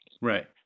Right